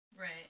Right